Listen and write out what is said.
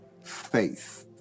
faith